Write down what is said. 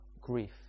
grief